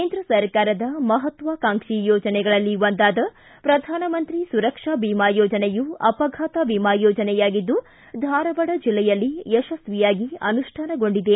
ಕೇಂದ್ರ ಸರ್ಕಾರದ ಮಹತ್ವಾಕಾಂಕ್ಷೆ ಯೋಜನೆಗಳಲ್ಲಿ ಒಂದಾದ ಪ್ರಧಾನಮಂತ್ರಿ ಸುರಕ್ಷಾ ಬೀಮಾ ಯೋಜನೆಯು ಅಪಘಾತ ವಿಮಾ ಯೋಜನೆಯಾಗಿದ್ದು ಧಾರವಾಡ ಜಿಲ್ಲೆಯಲ್ಲಿ ಯಶಸ್ವಿಯಾಗಿ ಅನುಷ್ಠಾನಗೊಳ್ಳುತ್ತಿದೆ